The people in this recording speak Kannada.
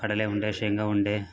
ಕಡಲೆ ಉಂಡೆ ಶೇಂಗಾ ಉಂಡೆ